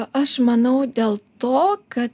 aš manau dėl to kad